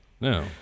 no